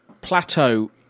plateau